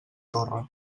torre